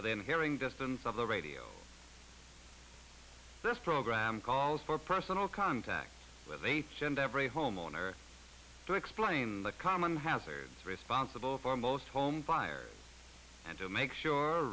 within hearing distance of the radio this program calls for personal contact with agent every homeowner to explain the common hazards responsible for most home fires and to make sure